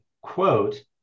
quote